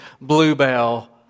Bluebell